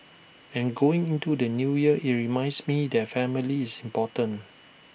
and going into the New Year IT reminds me that family is important